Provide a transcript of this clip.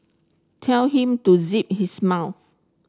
tell him to zip his mouth